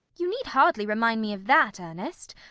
you need hardly remind me of that, ernest.